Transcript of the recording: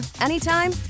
anytime